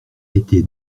été